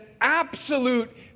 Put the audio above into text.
absolute